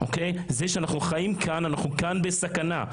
אז זה שאנחנו חיים כאן, אנחנו כאן בסכנה.